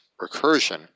recursion